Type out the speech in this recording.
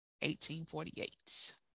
1848